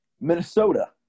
Minnesota